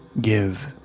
give